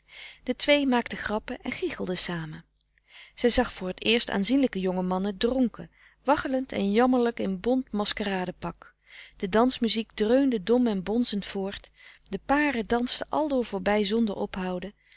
de twee maakten grappen en gichelden samen zij zag voor t eerst aanzienlijke jonge mannen dronken waggelend en jammerlijk in bont maskerade pak de dansmuziek dreunde dom en bonzend voort de paren dansten aldoor voorbij zonder ophouden